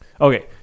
Okay